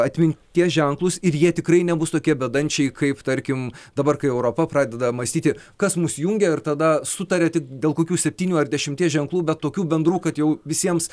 atminties ženklus ir jie tikrai nebus tokie bedančiai kaip tarkim dabar kai europa pradeda mąstyti kas mus jungia ir tada sutaria tik dėl kokių septynių ar dešimties ženklų bet tokių bendrų kad jau visiems